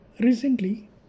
Recently